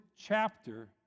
chapter